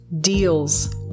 deals